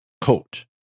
coat